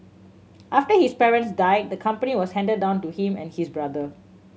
after his parents died the company was handed down to him and his brother